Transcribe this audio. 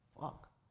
fuck